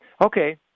Okay